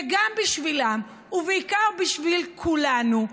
וגם בשבילם, ובעיקר בשביל כולנו: